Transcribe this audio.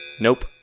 Nope